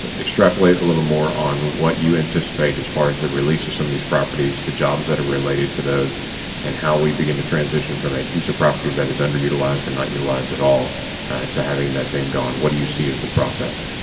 ah extrapolate a little more on what you anticipate as far as the release of some of these properties, the jobs that are related to those and how we begin to transition from a piece of property that is underutilized or not utilized at all to having that then gone. what do you see as the process?